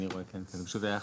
זה עם